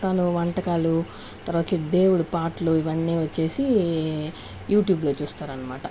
తను వంటకాలు తర్వాత వచ్చి దేవుడు పాటలు ఇవన్నీ వచ్చేసి యూట్యూబ్లో చూస్తారన్నమాట